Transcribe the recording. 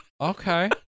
Okay